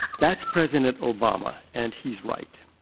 that's president obama, and he's right.